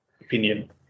opinion